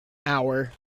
hour